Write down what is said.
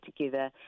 together